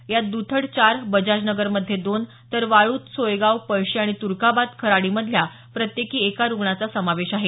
यात द्धड चार बजाजनगरमध्ये दोन तर वाळूज सोयगाव पळशी आणि तुर्काबाद खराडीमध्यल्या प्रत्येकी एका रुग्णाचा समावेश आहे